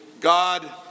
God